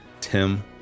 Tim